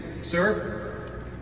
Sir